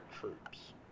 troops